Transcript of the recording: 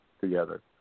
together